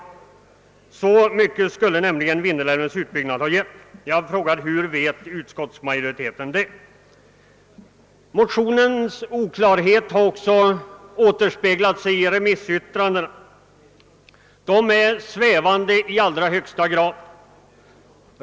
Så mycket skulle nämligen en utbyggnad av Vindelälven ha betytt. Jag frågar: Hur vet utskottsmajoriteten det? Motionens oklarhet har också återspeglat sig i remissyttrandena, som är i allra högsta grad svävande.